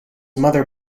mother